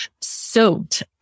soaked